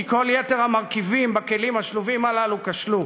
כי כל יתר המרכיבים בכלים השלובים הללו כשלו.